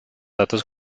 datos